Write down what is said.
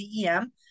DEM